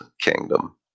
kingdom